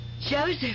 Joseph